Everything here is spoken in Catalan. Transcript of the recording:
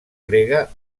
grega